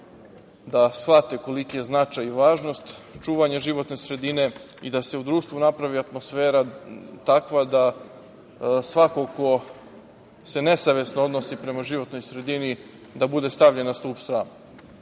da shvate koliki je značaj i važnost čuvanja životne sredine i da se u društvu napravi atmosfera takva da svako ko se nesavesno odnosi prema životnoj sredini, da bude stavljen na stub srama. Kada